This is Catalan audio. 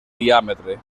diàmetre